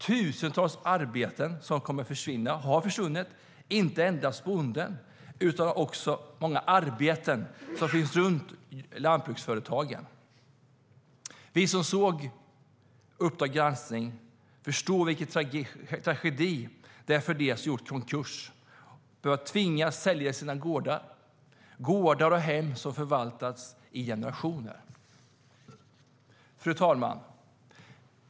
Tusentals arbeten kommer att försvinna, och har försvunnit. Det gäller inte endast bonden, utan också många arbeten som finns runt lantbruksföretagen. Vi som såg Uppdrag granskning förstår vilken tragedi det är för dem som har gjort konkurs. De tvingas sälja sina gårdar. Det är gårdar och hem som har förvaltats i generationer. Fru talman!